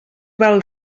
val